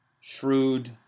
shrewd